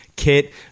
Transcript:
kit